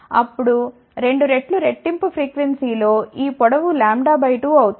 అప్పుడు రెండు రెట్లు రెట్టింపు ఫ్రీక్వెన్సీలో ఈ పొడవు λ బై 2 అవుతుంది